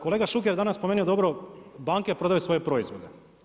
Kolega Šuker je danas spomenuo dobro banke prodaju svoje proizvode.